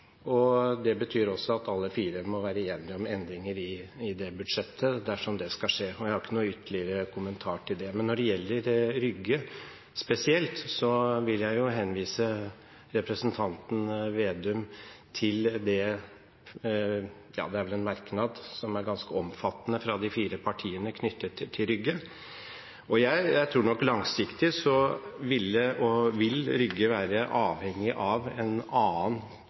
og det betyr at alle fire partier må være enige om endringer i det budsjettet dersom det skal skje. Jeg har ingen ytterligere kommentar til det. Når det gjelder Rygge spesielt, vil jeg henvise representanten Slagsvold Vedum til merknaden, som er ganske omfattende, fra de fire partiene knyttet til Rygge. Jeg tror at langsiktig så ville og vil Rygge være avhengig av en annen